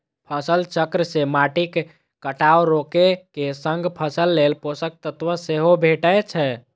फसल चक्र सं माटिक कटाव रोके के संग फसल लेल पोषक तत्व सेहो भेटै छै